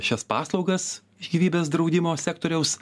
šias paslaugas iš gyvybės draudimo sektoriaus